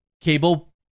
cable